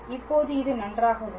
இப்போது இது நன்றாக உள்ளது